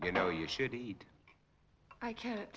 you know you should eat i can't